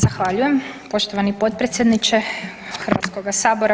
Zahvaljujem poštovani potpredsjedniče Hrvatskoga sabora.